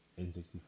N64